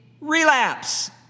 relapse